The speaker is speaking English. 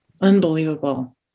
Unbelievable